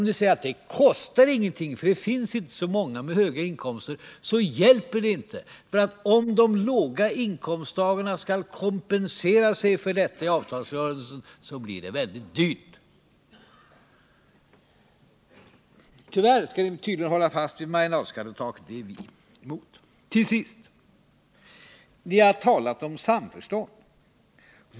Ni säger att det inte kostar någonting, eftersom det inte finns så många med höga inkomster, men det hjälper inte. Om låginkomsttagarna skall kompensera sig för detta i avtalsrörelsen, blir det väldigt dyrt. Tyvärr skall man tydligen hålla fast vid marginalskattetaket. Det är vi Till sist. Man har talat om samförstånd.